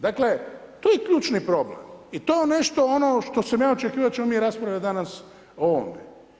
Dakle to je ključni problem i to je nešto ono što sam ja očekivao da ćemo mi raspravljat danas o ovome.